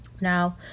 now